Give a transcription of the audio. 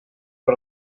per